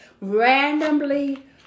randomly